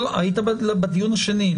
לא, היית בדיון השני.